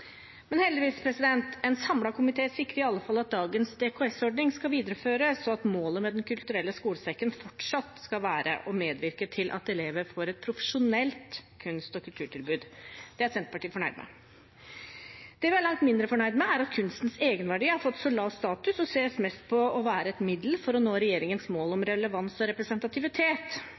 Heldigvis sikrer en samlet komité i alle fall at dagens DKS-ordning skal videreføres, og at målet med Den kulturelle skolesekken fortsatt skal være å medvirke til at elever får et profesjonelt kunst- og kulturtilbud. Det er Senterpartiet fornøyd med. Det vi er langt mindre fornøyd med, er at kunstens egenverdi har fått så lav status og ses mest på som et middel for å nå regjeringens mål om relevans og representativitet.